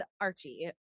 Archie